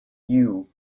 you